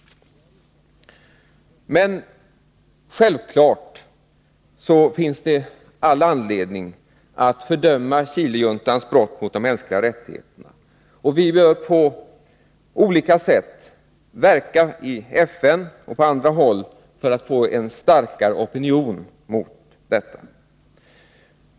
Men det finns självfallet all anledning att fördöma Chilejuntans brott mot de mänskliga rättigheterna, och vi bör på olika sätt verka i FN och på andra håll för att få en starkare opinion mot dem.